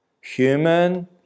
human